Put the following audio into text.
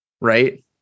right